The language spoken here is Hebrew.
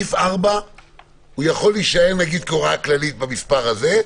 סעיף 4 יכול להישאר כהוראה כללית במספר הזה,